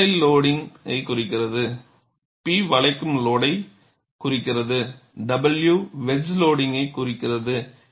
T tensile லோடிங்கை குறிக்கிறது P வளைக்கும் லோடை குறிக்கிறது W வெஜ் லோடிங்கை குறிக்கிறது